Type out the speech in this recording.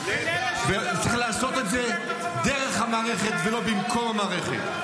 --- צריך לעשות את זה דרך המערכת ולא במקום המערכת.